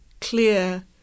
clear